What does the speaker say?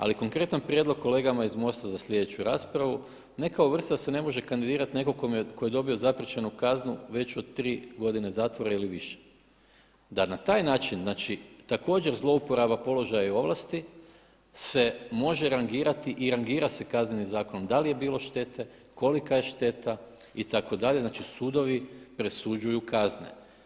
Ali konkretan prijedlog kolegama iz MOST-a za sljedeću raspravu, neka uvrste da se ne može kandidirati neko tko je dobio zapriječenu kaznu veću od tri godine zatvora ili više, da na taj način također zlouporaba položaja i ovlasti se može rangirati i rangira se Kaznenim zakonom, da li je bilo štete, kolika je šteta itd., znači sudovi presuđuju kazne.